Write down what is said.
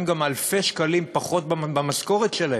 גם אלפי שקלים פחות במשכורת שלהם,